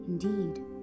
Indeed